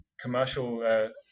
commercial